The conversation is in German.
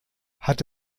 hat